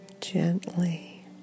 Gently